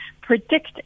predict